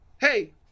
hey